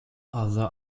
other